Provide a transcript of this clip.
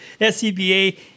SCBA